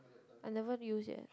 I never use yet